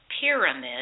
Pyramid